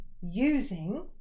using